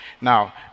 Now